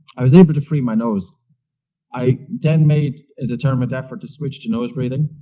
i was able to free my nose i then made a determined effort to switch to nose breathing,